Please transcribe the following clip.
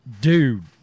Dude